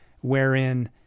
Wherein